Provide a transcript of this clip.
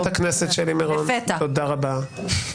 חברת הכנסת שלי מירון, תודה רבה.